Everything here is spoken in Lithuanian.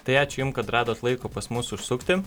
tai ačiū jum kad radot laiko pas mus užsukti